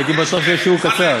הייתי בטוח שיהיה שיעור קצר.